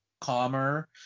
calmer